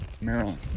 Maryland